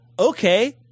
Okay